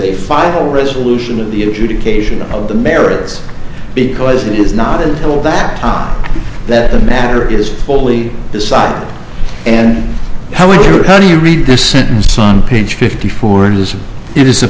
a final resolution of the adjudication of the merits because it is not until that time that the matter is fully decided and how it how do you read this sentence on page fifty four and as it is a